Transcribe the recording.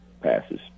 passes